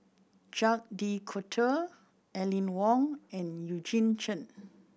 Jacques De Coutre Aline Wong and Eugene Chen